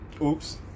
Oops